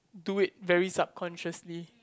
do it very subconsciously